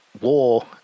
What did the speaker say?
war